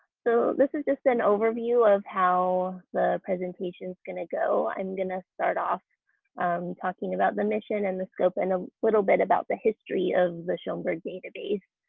so this is just an overview of how the presentation going to go. i'm going to start off um talking about the mission and the scope and a little bit about the history of the schoenberg database.